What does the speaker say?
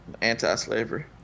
anti-slavery